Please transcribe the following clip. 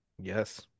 yes